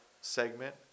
segment